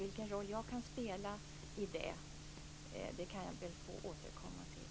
Vilken roll jag kan spela i det ber jag att få återkomma till.